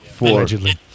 allegedly